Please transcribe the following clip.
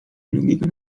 logika